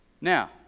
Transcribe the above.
Now